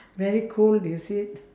very cold is it